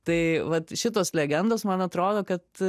tai vat šitos legendos man atrodo kad